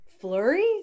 Flurry